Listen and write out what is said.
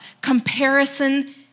Comparison